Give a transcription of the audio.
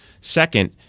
Second